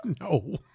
No